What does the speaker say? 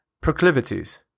proclivities